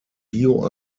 bio